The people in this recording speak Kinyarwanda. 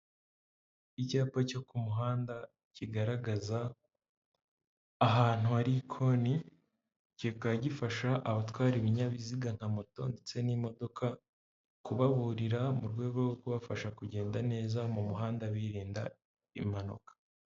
Icyapa cyo ku muhanda kigaragaza ahantu hari ikoni, kikaba gifasha abatwara ibinyabiziga nka moto ndetse n'imodoka, kubaburira mu rwego rwo kubafasha kugenda neza mu muhanda birinda impanuka.